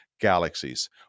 galaxies